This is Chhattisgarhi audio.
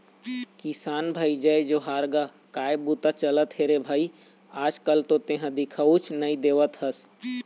किसान भाई जय जोहार गा काय बूता चलत हे रे भई आज कल तो तेंहा दिखउच नई देवत हस?